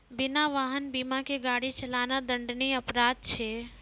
बिना वाहन बीमा के गाड़ी चलाना दंडनीय अपराध छै